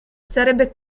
sarebbe